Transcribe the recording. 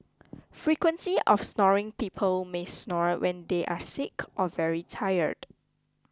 frequency of snoring people may snore when they are sick or very tired